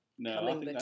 No